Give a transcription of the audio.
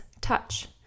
touch